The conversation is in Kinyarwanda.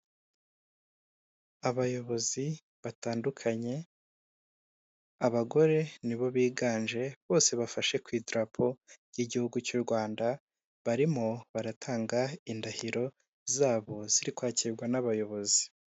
Abayobozi batandukanye, abagore ni bo biganje, bose bafashe ku idrapo ry'igihugu cy'u Rwanda, barimo baratanga indahiro zabo ziri kwakirwa n'abayobozi.